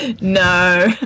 No